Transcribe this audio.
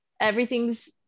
everything's